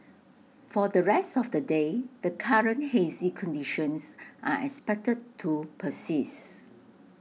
for the rest of the day the current hazy conditions are expected to persist